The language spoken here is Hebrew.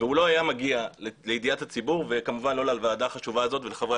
והוא לא היה מגיע לידיעת הציבור וכמובן גם לא לוועדה החשובה הזאת ולחברי